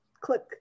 click